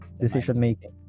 Decision-making